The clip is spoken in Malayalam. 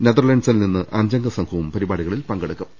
നെതർലന്റ് സിൽ നിന്ന് അഞ്ചംഗ സംഘവും പരിപാടികളിൽ പങ്കെടുക്കുന്നുണ്ട്